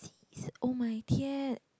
this oh my 天